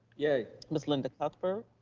yea. ms. linda cuthbert?